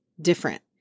different